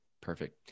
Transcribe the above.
Perfect